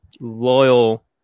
loyal